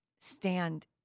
stand